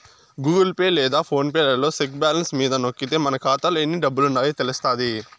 Google Pay లేదా PhonePe లలో check balance మీద నొక్కితే మన కాతాలో ఎన్ని డబ్బులుండాయో తెలస్తాది